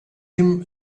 him